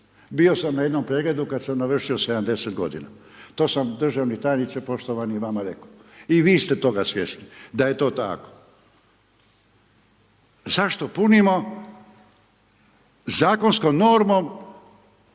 Bio sam na jednom pregledu kad sam navršio 70 godina. To sam državni tajniče poštovani vama rekao i vi ste toga svjesni da je to tako. Zašto punimo zakonskom normom